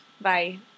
Bye